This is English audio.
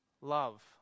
love